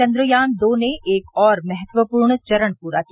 चंद्रयान दो ने एक और महत्वपूर्ण चरण पूरा किया